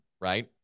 right